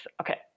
okay